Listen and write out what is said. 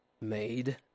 made